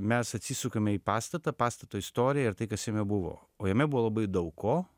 mes atsisukame į pastatą pastato istoriją ir tai kas jame buvo o jame buvo labai daug ko